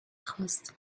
خاست